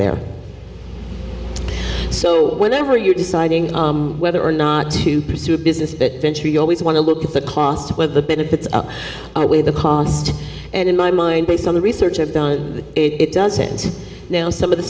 there so whenever you're deciding whether or not to pursue a business venture you always want to look at the cost of whether the benefits are way the cost and in my mind based on the research i've done it doesn't now some of the